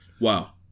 Wow